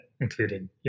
including